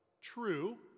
true